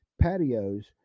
patios